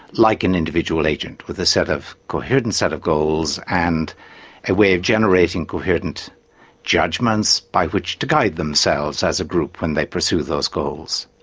like an individual agent with a set of, coherent set of goals and a way of generating coherent judgements by which to guide themselves as a group when they pursue those goals.